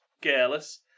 careless